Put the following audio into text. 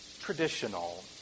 traditional